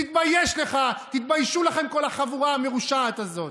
תתבייש לך, תתביישו לכם כל החבורה המרושעת הזאת.